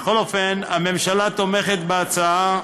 בכל אופן, הממשלה תומכת בהצעה,